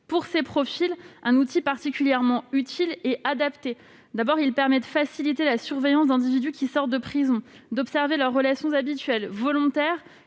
pour ces profils un outil particulièrement utile et adapté. Il permet de faciliter la surveillance d'individus qui sortent de prison, d'observer leurs relations habituelles volontaires,